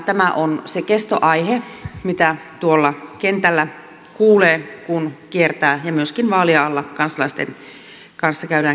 tämä on se kestoaihe mitä tuolla kentällä kuulee kun kiertää ja myöskin vaalien alla kansalaisten kanssa käy keskusteluja